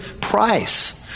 price